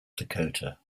dakota